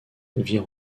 vire